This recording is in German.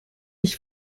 ich